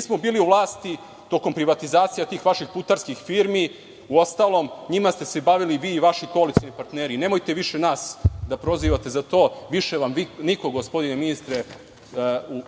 smo bili u vlasti tokom privatizacije tih vaših putarskih firmi, uostalom, njima ste se bavili vi i vaši koalicioni partneri i nemojte više nas da prozivate za to, više vam niko gospodine ministre